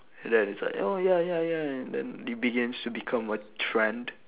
then it's like oh ya ya ya then it begins to become a trend